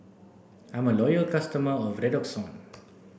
I'm a loyal customer of Redoxon